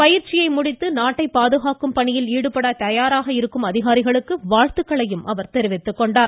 பயிற்சியை முடித்து நாட்டைப் பாதுகாக்கும் பணியில் ஈடுபட தயாராக இருக்கும் அதிகாரிகளுக்கு வாழ்த்துக்களையும் அவர் தெரிவித்துக் கொண்டார்